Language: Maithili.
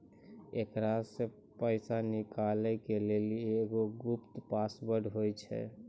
एकरा से पैसा निकालै के लेली एगो गुप्त पासवर्ड होय छै